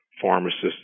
pharmacists